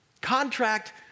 Contract